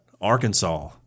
Arkansas